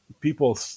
people